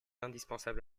indispensable